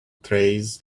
trays